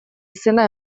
izena